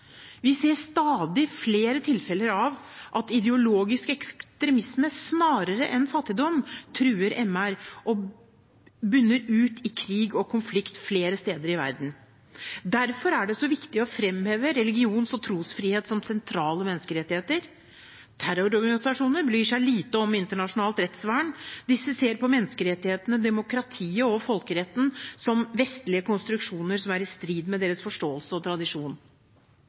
Vi ser stadig flere tilfeller av at ideologisk ekstremisme, snarere enn fattigdom, truer menneskerettelighetene og munner ut i krig og konflikt flere steder i verden. Derfor er det så viktig å fremheve religions- og trosfrihet som sentrale menneskerettigheter. Terrororganisasjoner bryr seg lite om internasjonalt rettsvern – disse ser på menneskerettighetene, demokratiet og folkeretten som vestlige konstruksjoner som er i strid med deres forståelse og tradisjon.